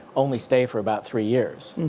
only stay for about three years.